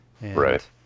Right